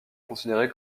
considéré